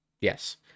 Yes